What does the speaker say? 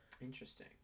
interesting